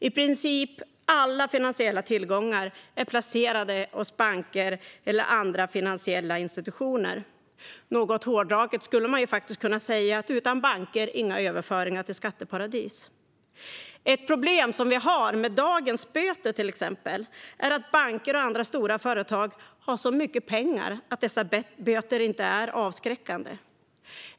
I princip alla finansiella tillgångar är placerade hos banker eller andra finansiella institutioner. Något hårdraget skulle man faktiskt kunna säga att utan banker, inga överföringar till skatteparadis. Ett problem som vi har med dagens böter är till exempel att banker och andra stora företag har så mycket pengar att böterna inte är avskräckande.